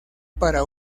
para